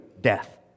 death